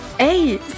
Hey